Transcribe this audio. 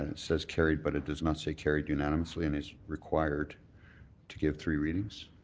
and says carried but it does not say carried unanimously and it's required to give three readings.